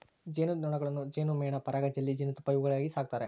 ಜೇನು ನೊಣಗಳನ್ನು ಜೇನುಮೇಣ ಪರಾಗ ಜೆಲ್ಲಿ ಜೇನುತುಪ್ಪ ಇವುಗಳಿಗಾಗಿ ಸಾಕ್ತಾರೆ